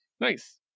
Nice